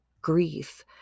grief